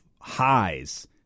highs